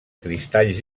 cristalls